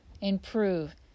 improve